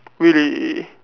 really